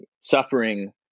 suffering